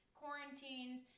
quarantines